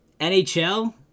NHL